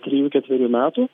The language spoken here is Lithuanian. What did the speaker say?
trijų ketverių metų